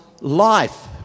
life